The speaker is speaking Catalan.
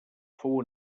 fou